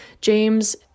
James